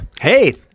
Hey